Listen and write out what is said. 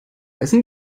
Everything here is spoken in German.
essen